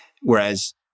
whereas